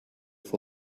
for